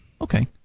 Okay